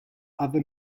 other